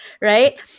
Right